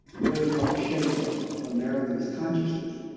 really helped shape america's consciousness.